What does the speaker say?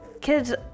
kids